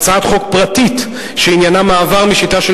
הצעת חוק פרטית שעניינה מעבר משיטה של